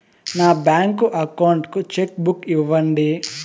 నా bank account కు cheque book ఇవ్వండి